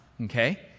okay